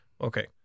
okay